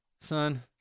Son